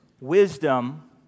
Wisdom